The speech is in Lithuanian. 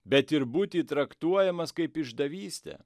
bet ir būti traktuojamas kaip išdavystė